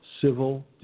civil